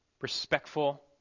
respectful